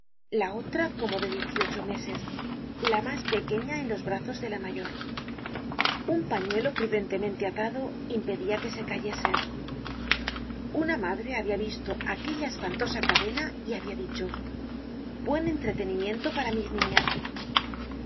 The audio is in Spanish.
la otra como de diez y ocho meses la mas pequeña en los brazos de la mayor un pañuelo prudentemente atado impedia que se cayesen una madre habia visto aquella espantosa cadena y habia dicho buen entretenimiento para mis niñas